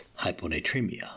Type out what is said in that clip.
hyponatremia